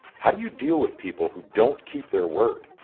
how do you deal with people who don't keep their word?